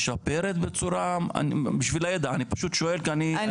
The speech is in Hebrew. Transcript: משפרת בצורה, בשביל הידע אני פשוט שואל, אני